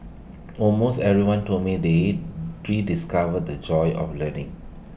almost everyone told me they rediscovered the joy of learning